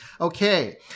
Okay